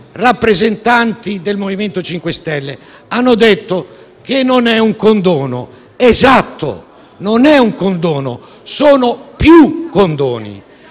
rappresentanti del MoVimento 5 Stelle hanno detto che non è un condono. Esatto, non è un condono: sono più condoni,